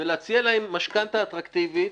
ולהציע להם משכנתא אטרקטיבית,